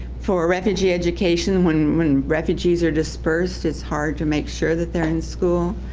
for a refugee education when when refugees are dispersed, it's hard to make sure that they're in school,